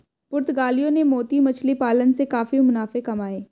पुर्तगालियों ने मोती मछली पालन से काफी मुनाफे कमाए